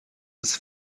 his